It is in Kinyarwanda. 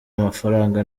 amafaranga